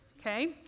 okay